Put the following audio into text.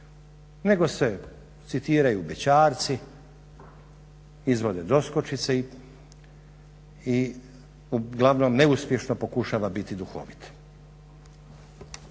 nego se citiraju bećarci, izvode doskočice i uglavnom neuspješno pokušava biti duhovit.